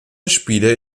spiele